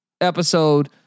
episode